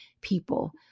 people